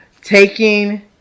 taking